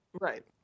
Right